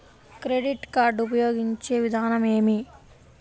Credit card ఉపయోగించే విధానం ఏమి?